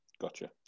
Gotcha